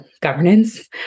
governance